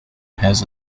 has